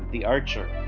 the archer.